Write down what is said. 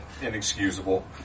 inexcusable